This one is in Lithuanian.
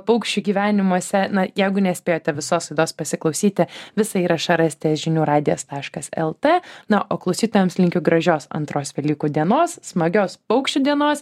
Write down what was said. paukščių gyvenimuose na jeigu nespėjote visos laidos pasiklausyti visą įrašą rasite žinių radijas taškas lt na o klausytojams linkiu gražios antros velykų dienos smagios paukščių dienos